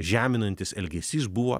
žeminantis elgesys buvo